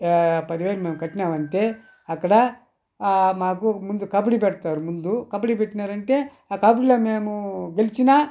పదివేల మేము కట్టినామంటే అక్కడ ముందు మాకు కబడీ పెడతారు ముందు కబడి పెట్టినారు అంటే ఆ కబడిలో మేము గెలిచినా